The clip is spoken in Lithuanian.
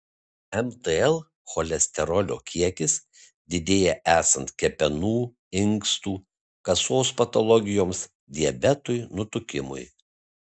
mtl cholesterolio kiekis didėja esant kepenų inkstų kasos patologijoms diabetui nutukimui